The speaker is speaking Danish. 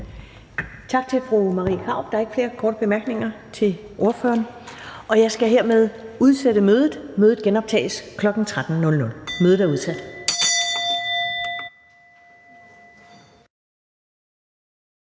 Tak til fru Marie Krarup. Der er ikke flere korte bemærkninger til ordføreren. Jeg skal hermed udsætte mødet. Mødet genoptages kl. 13.00. Mødet er udsat.